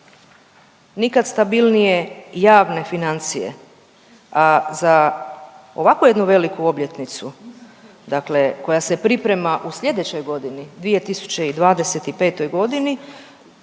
nikad stabilnije javne financije. A za ovako jednu veliku obljetnicu koja se priprema u sljedećoj godini 2025.g.